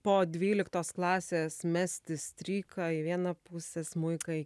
po dvyliktos klasės mesti stryką į vieną pusę smuiką į